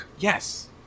Yes